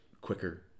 quicker